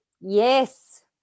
yes